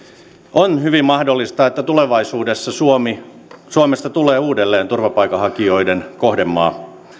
on hyvin mahdollista että tulevaisuudessa suomesta tulee uudelleen turvapaikanhakijoiden kohdemaa